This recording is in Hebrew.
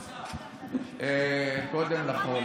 קודם לכול